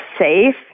safe